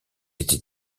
été